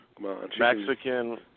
Mexican